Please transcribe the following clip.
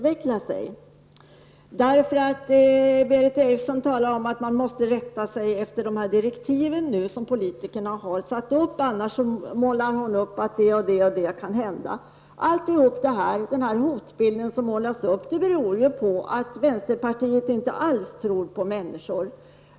Berith Eriksson talade om att man måste rätta sig efter de direktiv som politikerna har satt upp -- annars kan det och det hända. Hela den hotbild som hon målade upp beror på att vänsterpartiet inte alls tror på människor.